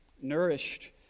nourished